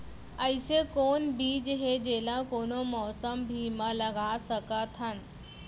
अइसे कौन बीज हे, जेला कोनो मौसम भी मा लगा सकत हन?